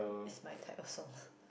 is my type of song